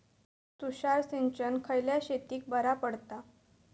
तुषार सिंचन खयल्या शेतीक बरा पडता?